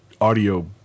audio